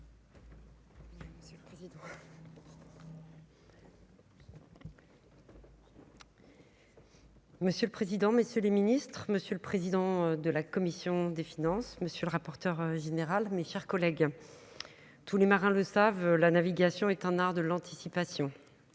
Monsieur le président, messieurs les Ministres, Monsieur le président de la commission des finances, monsieur le rapporteur général, mes chers collègues, tous les marins le savent, la navigation est un art de l'anticipation,